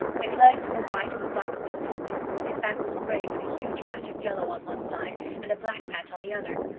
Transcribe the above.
his legs were white with black spots on them. his back was gray with a huge patch of yellow on one side and a black patch on the other.